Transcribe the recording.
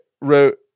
wrote